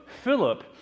Philip